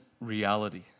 reality